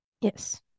yes